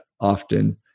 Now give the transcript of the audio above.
often